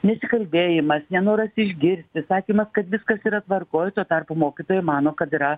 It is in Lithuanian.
nesikalbėjimas nenoras išgirsti sakymas kad viskas yra tvarkoj tuo tarpu mokytojai mano kad yra